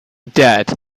dead